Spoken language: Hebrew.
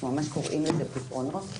ממש קוראים לזה פתרונות,